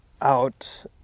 out